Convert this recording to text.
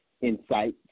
insights